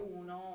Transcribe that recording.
uno